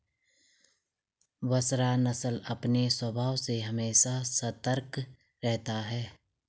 बसरा नस्ल अपने स्वभाव से हमेशा सतर्क रहता है